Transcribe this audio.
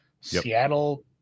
Seattle